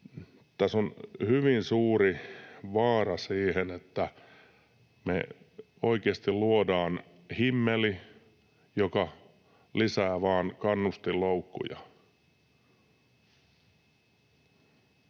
Tässä on hyvin suuri vaara siihen, että me oikeasti luodaan himmeli, joka lisää vain kannustinloukkuja.